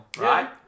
right